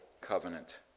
covenant